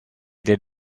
did